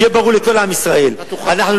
שיהיה ברור לכל עם ישראל: אנחנו,